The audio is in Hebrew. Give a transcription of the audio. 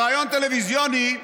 בריאיון טלוויזיוני,